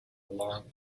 long